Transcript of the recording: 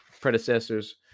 predecessors